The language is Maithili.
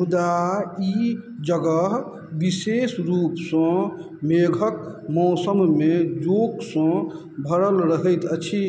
मुदा ई जगह विशेष रूपसँ मेघक मौसममे जोंकसँ भरल रहैत अछि